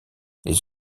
les